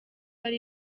ari